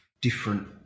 different